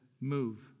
move